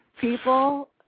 people